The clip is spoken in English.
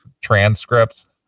transcripts